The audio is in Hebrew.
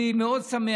אני מאוד שמח.